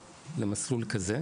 לא מביעות התלהבות יתרה ממסלול כזה,